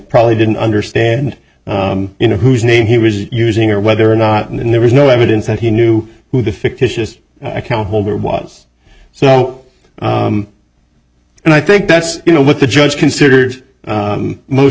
probably didn't understand you know whose name he was using or whether or not and there was no evidence that he knew who the fictitious account holder was so and i think that's you know what the judge considered most